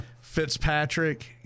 Fitzpatrick